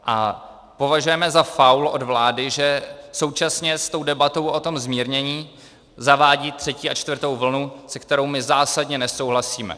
A považujeme za faul od vlády, že současně s debatou o tom zmírnění zavádí třetí a čtvrtou vlnu, se kterou my zásadně nesouhlasíme.